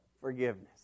forgiveness